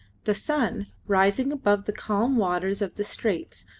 the sun, rising above the calm waters of the straits,